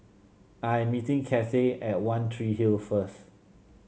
I'm meeting Kathey at One Tree Hill first